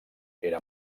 era